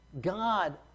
God